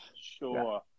sure